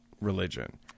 religion